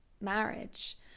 marriage